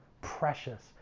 precious